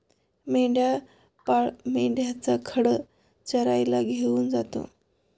मेंढपाळ मेंढ्यांचा खांड चरायला घेऊन जातो